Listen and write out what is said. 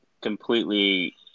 completely